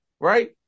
Right